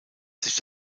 sich